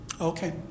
Okay